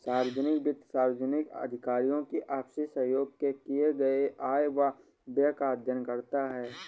सार्वजनिक वित्त सार्वजनिक अधिकारियों की आपसी सहयोग से किए गये आय व व्यय का अध्ययन करता है